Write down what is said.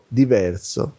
diverso